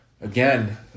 again